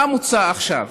מה מוצע עכשיו?